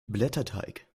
blätterteig